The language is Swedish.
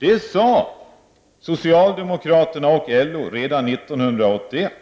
Detta sade socialdemokraternas och LO:s företrädare redan 1981.